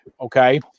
Okay